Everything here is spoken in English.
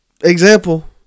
example